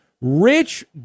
Rich